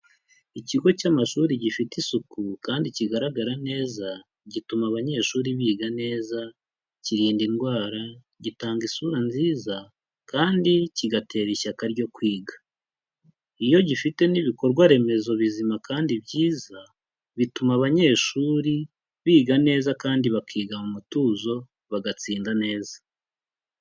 Ikigo cy'amashuri gifite isuku, kandi kigaragara neza, gituma abanyeshuri biga neza, kirinda indwara, gitanga isura nziza, kandi kigatera ishyaka ryo kwiga. Iyo gifite n'ibikorwa remezo bizima kandi byiza, bituma abanyeshuri biga neza kandi bakiga mu mutuzo bagatsinda neza.